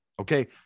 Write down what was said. Okay